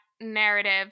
narrative